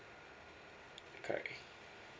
correct